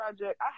project